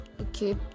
Okay